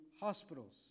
hospitals